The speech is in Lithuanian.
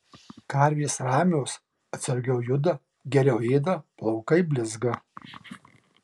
karvės ramios atsargiau juda geriau ėda plaukai blizga